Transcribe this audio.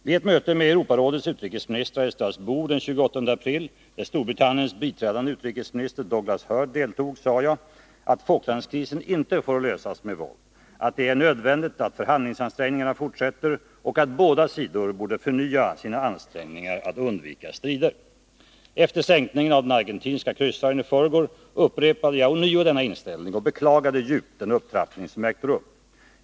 Vid ett möte med Europarådets utrikesministrar i Strasbourg den 28 april, där Storbritanniens biträdande utrikesminister Douglas Hurd deltog, sade jag att Falklandskrisen inte får lösas med våld, att det är nödvändigt att förhandlingsansträngningarna fortsätter och att båda sidor borde förnya sina ansträngningar att undvika strider. Efter sänkningen av den argentinska kryssaren i förrgår gav jag ånyo uttryck för denna inställning och beklagade djupt den upptrappning som ägt rum.